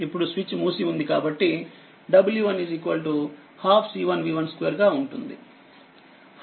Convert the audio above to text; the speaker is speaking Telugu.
ఇప్పుడుస్విచ్ మూసి ఉంది కాబట్టిw1 12 C1v12 గా ఉంటుంది